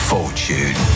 Fortune